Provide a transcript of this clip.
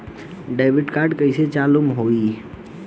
Debit card कइसे चालू होई?